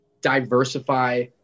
diversify